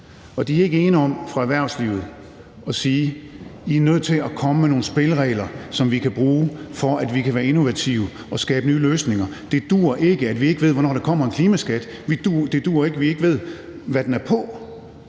de er ikke de eneste fra erhvervslivet, der siger: I er nødt til at komme med nogle spilleregler, som vi kan bruge, for at vi kan være innovative og skabe nye løsninger. Det duer ikke, at vi ikke ved, hvornår der kommer en klimaskat. Det duer ikke, at vi ikke ved, hvad den er på.